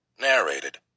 Narrated